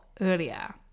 earlier